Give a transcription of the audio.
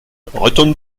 retourne